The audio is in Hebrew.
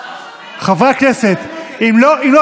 4 של קבוצת סיעת יהדות התורה לא